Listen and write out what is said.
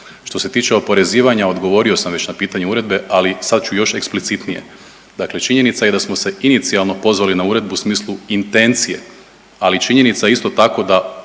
Što se tiče oporezivanja odgovorio sam već na pitanje uredbe, ali sad ću još eksplicitnije. Dakle, činjenica je da smo se inicijalno pozvali na uredbu u smislu intencije. Ali činjenica je isto tako da